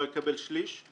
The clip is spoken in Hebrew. לא יקבל שליש.